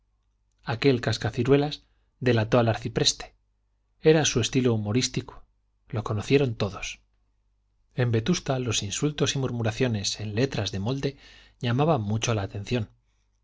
aquel cascaciruelas delató al arcipreste era su estilo humorístico lo conocieron todos en vetusta los insultos y murmuraciones en letras de molde llamaban mucho la atención